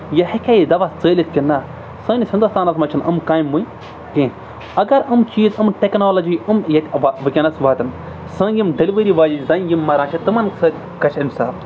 یہِ ہیٚکہِ ہا یہِ دَوا ژٲلِتھ کِنہٕ نہ سٲنِس ہِندُستانَس منٛز چھِنہٕ یِم کامہِ وٕنۍ کینٛہہ اگر یِم چیٖز یِم ٹٮ۪کنالجی یِم ییٚتہِ وا وٕنۍکٮ۪نَس واتَن سٲنۍ یِم ڈیٚلؤری یِم مَران چھِ تِمَن سۭتۍ گژھِ انصاف